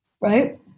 Right